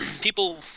people